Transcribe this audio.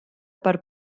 per